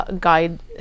guide